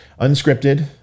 Unscripted